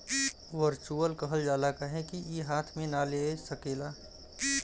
virtual कहल जाला काहे कि ई हाथ मे ना ले सकेला